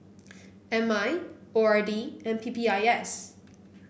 M I O R D and P P I S